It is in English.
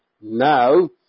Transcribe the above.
now